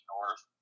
North